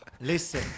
listen